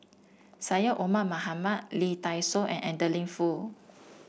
Syed Omar Mohamed Lee Dai Soh and Adeline Foo